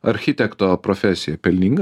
architekto profesija pelninga